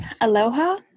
Aloha